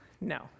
No